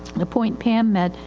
the point pam meant,